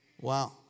Wow